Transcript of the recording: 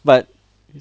but